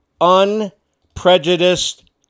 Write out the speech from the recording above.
unprejudiced